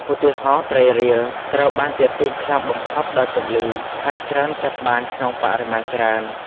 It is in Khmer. ឧទាហរណ៍ ត្រីរៀល ត្រូវបានទាក់ទាញខ្លាំងបំផុតដោយពន្លឺ ហើយច្រើនចាប់បានក្នុងបរិមាណច្រើន។